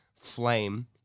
flame